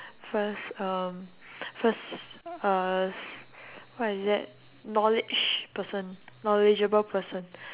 first um first uh s~ what is that knowledge person knowledgeable person